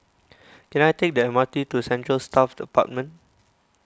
can I take the M R T to Central Staff Apartment